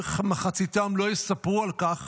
מחציתם לא יספרו על כך